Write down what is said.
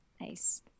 Nice